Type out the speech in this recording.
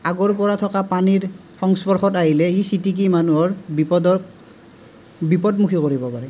আগৰ পৰা থকা পানীৰ সংস্পৰ্শত আহিলে ই ছিটিকি মানুহৰ বিপদত বিপদমুখীও কৰিব পাৰে